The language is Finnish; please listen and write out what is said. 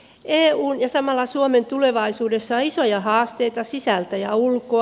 eun ja samalla suomen tulevaisuudessa on isoja haasteita sisältä ja ulkoa